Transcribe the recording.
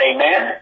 Amen